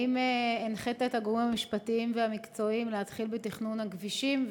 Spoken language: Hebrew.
האם הנחית את הגורמים המשפטיים והמקצועיים להתחיל בתכנון הכבישים?